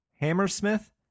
Hammersmith